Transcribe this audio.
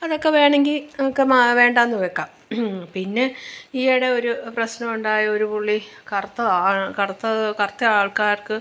അതൊക്കെ വേണമെങ്കിൽ ഒക്കെ വേണ്ടാ എന്ന് വെക്കാം പിന്നെ ഈയിടെ ഒരു പ്രശ്നം ഉണ്ടായി ഒരു പുള്ളി കറുത്തതാ കറുത്തത് കറുത്ത ആൾക്കാർക്ക്